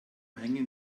hängen